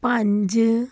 ਪੰਜ